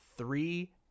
Three